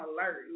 alert